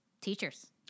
teachers